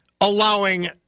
allowing